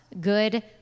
good